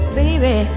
baby